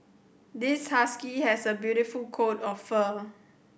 this husky has a beautiful coat of fur